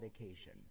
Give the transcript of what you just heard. vacation